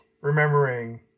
remembering